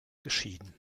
geschieden